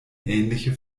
ähnliche